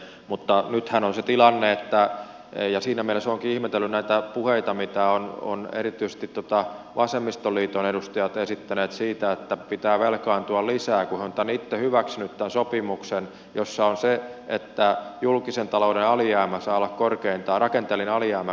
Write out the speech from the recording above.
mutta nythän on tämä tilanne ja siinä mielessä olenkin ihmetellyt näitä puheita mitä ovat erityisesti vasemmistoliiton edustajat esittäneet siitä että pitää velkaantua lisää kun on itse hyväksynyt tämän sopimuksen jossa on se että julkisen talouden rakenteellinen alijäämä saa olla korkeintaan prosentin